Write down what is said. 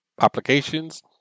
applications